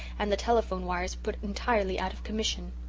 and the telephone wires put entirely out of commission.